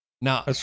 Now